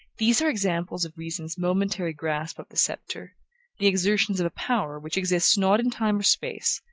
these are examples of reason's momentary grasp of the sceptre the exertions of a power which exists not in time or space,